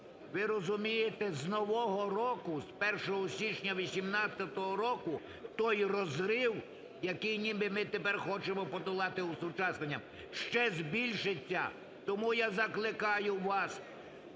ви розумієте, з нового року, з 1 січня 18-го року, той розрив. який ніби ми тепер хочемо подолати осучасненням, ще збільшиться. Тому я закликаю вас